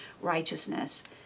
righteousness